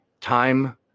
time